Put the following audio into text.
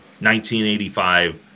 1985